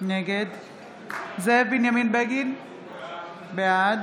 נגד זאב בנימין בגין, בעד